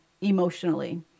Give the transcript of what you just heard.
Emotionally